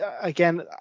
Again